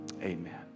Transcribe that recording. Amen